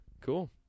cool